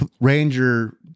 ranger